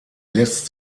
lässt